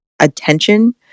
attention